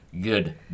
Good